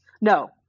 No